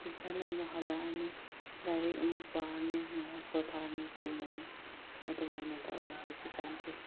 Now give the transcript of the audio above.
tuition ꯑꯃꯨꯛ ꯍꯜꯂꯛꯑꯅꯤ ꯂꯥꯏꯔꯤꯛ ꯑꯃꯨꯛ ꯄꯥꯔꯅꯤ ꯉꯥꯏꯍꯥꯛ ꯄꯣꯊꯥꯔꯅꯤ ꯇꯨꯝꯃꯅꯤ ꯑꯗꯨ ꯃꯥꯏꯅ ꯇꯧꯔꯦ ꯍꯧꯖꯤꯛꯀꯥꯟꯗꯤ